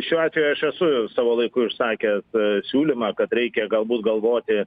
šiuo atveju aš esu savo laiku išsakęs siūlymą kad reikia galbūt galvoti